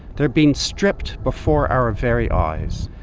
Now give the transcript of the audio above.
they are being stripped before our very eyes.